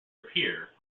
appear